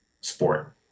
sport